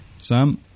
Sam